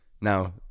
Now